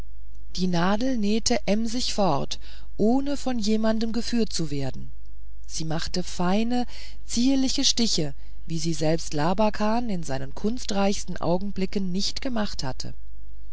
die nadel nähte emsig fort ohne von jemand geführt zu werden sie machte feine zierliche stiche wie sie selbst labakan in seinen kunstreichsten augenblicken nicht gemacht hatte